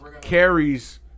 carries